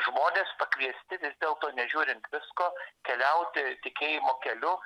žmonės pakviesti vis dėlto nežiūrint visko keliauti tikėjimo keliu